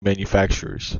manufacturers